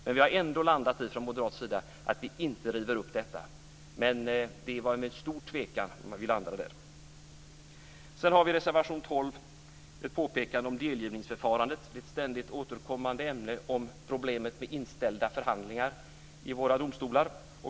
Men vi har ändå från moderat sida landat på att inte riva upp detta. Det var med stor tvekan vi landade där. I reservation 12 om delgivningsförfarandet påpekar vi ett ständigt återkommande ämne, problemet med inställda förhandlingar i våra domstolar.